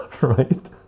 right